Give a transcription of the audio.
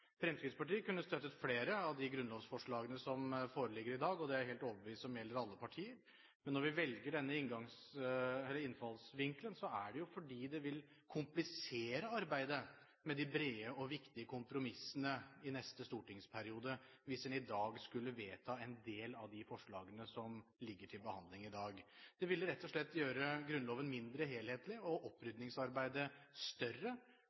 Fremskrittspartiet kunne støttet flere av de grunnlovsforslagene som foreligger i dag, og det er jeg helt overbevist om gjelder alle partier. Når vi velger denne innfallsvinkelen, er det fordi det ville komplisere arbeidet med de brede og viktige kompromissene i neste stortingsperiode hvis vi i dag skulle vedta en del av de forslagene som nå ligger til behandling. Det ville rett og slett gjøre Grunnloven mindre helhetlig og opprydningsarbeidet større